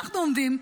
אנחנו עומדים,